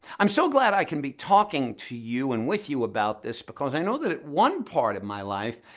i'm so glad i can be talking to you and with you about this because i know that at one part of my life,